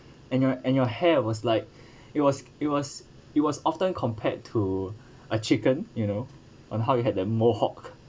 and your and your hair was like it was it was it was often compared to a chicken you know on how you had a mohawk